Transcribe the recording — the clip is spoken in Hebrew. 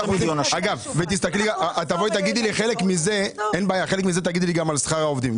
חלק מזה תגידי שזה שכר עובדים.